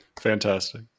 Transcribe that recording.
fantastic